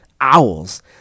Owls